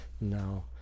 No